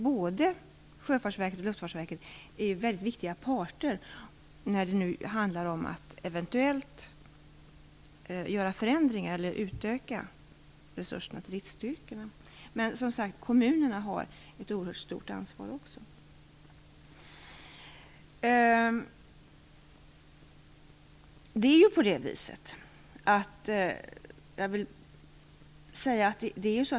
Både Sjöfartsverket och Luftfartsverket är ju mycket viktiga parter när det handlar om att eventuellt göra förändringar eller utöka resurserna till RITS-styrkorna. Men kommunerna har som sagt var också ett oerhört stort ansvar.